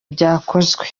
byakozwe